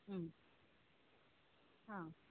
ഉം ആ